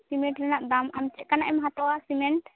cement ᱨᱮᱱᱟᱜ ᱫᱟᱢ ᱟᱢ ᱪᱮᱛᱟᱱᱮᱢ ᱦᱟᱛᱟᱣᱟ ᱥᱤᱢᱮᱱᱴ